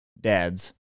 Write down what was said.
dads